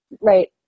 right